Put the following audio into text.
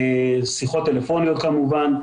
שיחות טלפוניות כמובן.